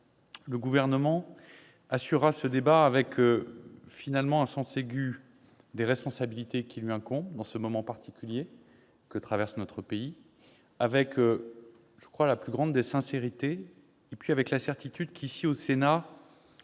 Le Gouvernement assurera ce débat avec le sens aigu des responsabilités qui lui incombe en ce moment particulier que traverse notre pays, avec la plus grande des sincérités et avec la certitude qu'ici, au Sénat,